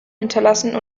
hinterlassen